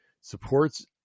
supports